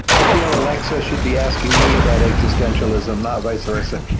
i feel alexa should be asking me about existentialism, not vice versa. okay.